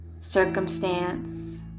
circumstance